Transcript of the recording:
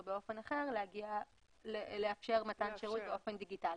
באופן אחר לאפשר מתן שירות באופן דיגיטלי.